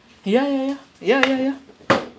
ya ya ya ya ya ya